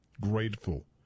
grateful